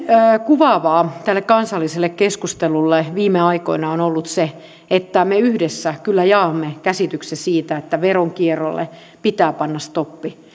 kuvaavaa tälle kansalliselle keskustelulle viime aikoina on ollut se että me yhdessä kyllä jaamme käsityksen siitä että veronkierrolle pitää panna stoppi